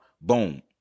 boom